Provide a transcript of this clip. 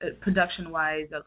production-wise